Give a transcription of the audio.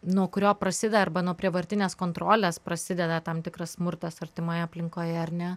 nuo kurio prasideda arba nuo prievartinės kontrolės prasideda tam tikras smurtas artimoje aplinkoje ar ne